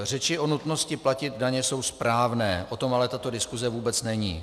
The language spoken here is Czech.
Řeči o nutnosti platit daně jsou správné, o tom ale tato diskuse vůbec není.